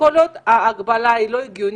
כל עוד ההגבלה היא לא הגיונית,